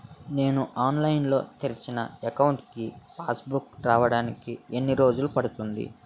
నేను ఆన్లైన్ లో తెరిచిన అకౌంట్ కి పాస్ బుక్ రావడానికి ఎన్ని రోజులు పడుతుంది?